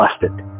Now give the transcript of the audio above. busted